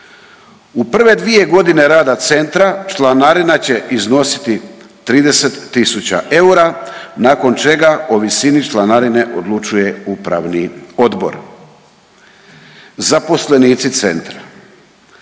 U prve dvije godine rada centra članarina će iznositi 30000 eura, nakon čega o visini članarine odlučuje Upravni odbor. Zaposlenici centra.